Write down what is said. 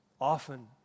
Often